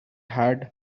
had